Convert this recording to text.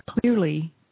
clearly